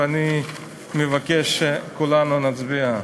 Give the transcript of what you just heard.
ואני מבקש שכולנו נצביע.